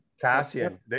Cassian